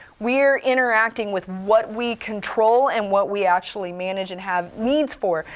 we are interacting with what we control, and what we actually manage and have needs for.